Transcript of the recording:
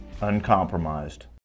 uncompromised